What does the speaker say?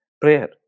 prayer